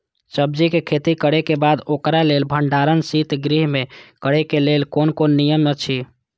सब्जीके खेती करे के बाद ओकरा लेल भण्डार शित गृह में करे के लेल कोन कोन नियम अछि?